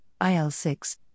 IL-6